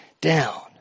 Down